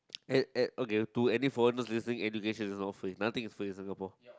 at at okay to any foreigner seriously education is all free nothing is free in Singapore